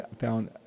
found